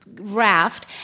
Raft